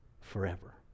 forever